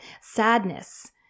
sadness